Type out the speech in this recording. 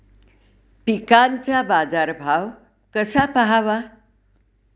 पिकांचा बाजार भाव कसा पहावा?